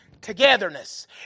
togetherness